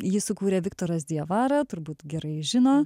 jį sukūrė viktoras diavara turbūt gerai žino